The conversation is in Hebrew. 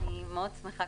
אני מאוד שמחה,